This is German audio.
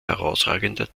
herausragender